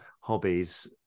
hobbies